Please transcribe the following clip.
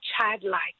childlike